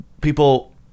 people